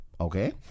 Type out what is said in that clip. Okay